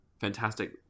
fantastic